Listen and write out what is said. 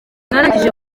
narangije